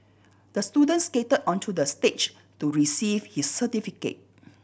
the student skated onto the stage to receive his certificate